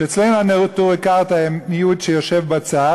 שאצלנו הנטורי קרתא הם מיעוט שיושב בצד